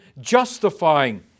justifying